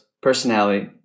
personality